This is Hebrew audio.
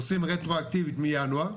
עושים רטרואקטיבית מינואר,